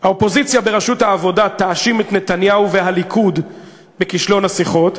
האופוזיציה בראשות העבודה תאשים את נתניהו והליכוד בכישלון השיחות,